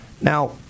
Now